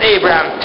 Abraham